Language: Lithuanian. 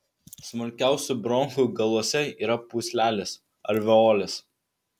smulkiausių bronchų galuose yra pūslelės alveolės